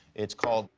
it's called,